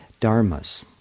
Dharmas